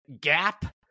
gap